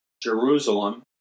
Jerusalem